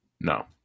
No